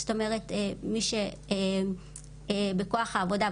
זאת אומרת מי שבכוח העבודה,